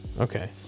Okay